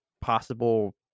possible